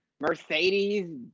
Mercedes